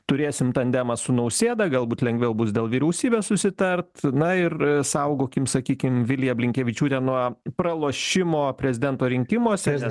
turėsim tandemą su nausėda galbūt lengviau bus dėl vyriausybės susitart na ir saugokim sakykim viliją blinkevičiūtę nuo pralošimo prezidento rinkimuose